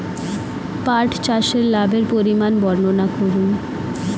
পাঠ চাষের লাভের পরিমান বর্ননা করুন?